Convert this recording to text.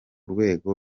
rwego